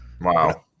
Wow